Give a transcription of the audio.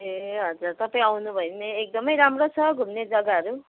ए हजुर तपाईँ आउनु भयो भने एकदमै राम्रो छ घुम्ने जग्गाहरू